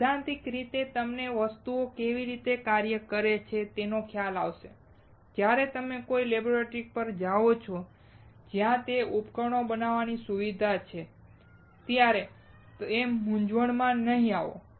સૈદ્ધાંતિક રીતે તમને વસ્તુઓ કેવી રીતે કાર્ય કરે છે તેનો ખ્યાલ આવશે અને જ્યારે તમે કોઈ લેબોરેટરી પર જાઓ છો જ્યાં તે ઉપકરણોને બનાવવાની સુવિધા છે ત્યારે તમે મૂંઝવણમાં નહીં આવો